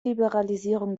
liberalisierung